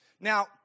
Now